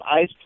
ice